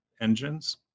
engines